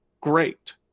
great